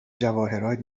جواهرات